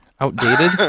Outdated